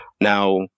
now